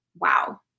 Wow